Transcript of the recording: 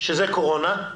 שזו הקורונה.